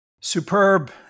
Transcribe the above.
Superb